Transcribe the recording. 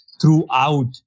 throughout